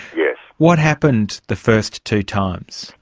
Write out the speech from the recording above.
yeah what happened the first two times?